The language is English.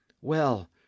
Well